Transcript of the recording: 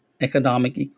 economic